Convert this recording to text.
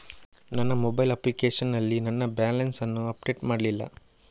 ನನ್ನ mobile application ನಲ್ಲಿ ನನ್ನ ಬ್ಯಾಲೆನ್ಸ್ ಅನ್ನು ಅಪ್ಡೇಟ್ ಮಾಡ್ಲಿಲ್ಲ